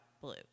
Blue